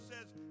says